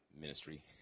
ministry